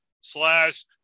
slash